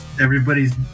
everybody's